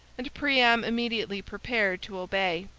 and priam immediately prepared to obey.